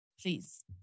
please